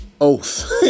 oath